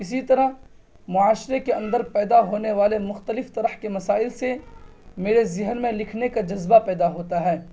اسی طرح معاشرے کے اندر پیدا ہونے والے مختلف طرح کے مسائل سے میرے ذہن میں لکھنے کا جذبہ پیدا ہوتا ہے